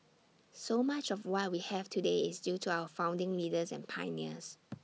so much of what we have today is due to our founding leaders and pioneers